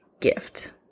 gift